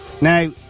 Now